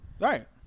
Right